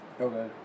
Okay